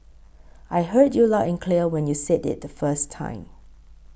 I heard you loud and clear when you said it the first time